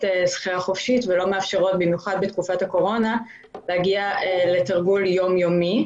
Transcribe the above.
שחייה חופשית ולא מאפשרות להגיע לתרגול יום-יומי.